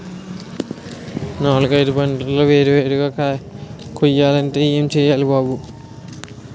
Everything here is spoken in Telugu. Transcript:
నాలుగైదు పంటలు వేరు వేరుగా కొయ్యాలంటే ఏం చెయ్యాలి బాబూ